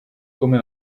come